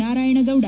Narayana Gowda